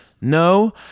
No